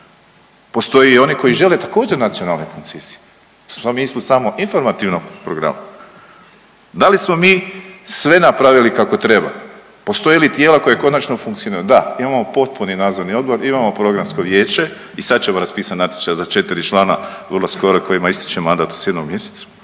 Postoje i oni koji žele također nacionalne koncesije … samo informativnog programa. Da li smo mi sve napravili kako treba? Postoje li tijela koja konačno funkcioniraju? Da, imamo potpuni nadzorni odbor, imamo programsko vijeće i sad ćemo raspisat natječaj za četri člana vrlo skoro kojima ističe mandat u sedmom mjesecu